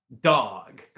Dog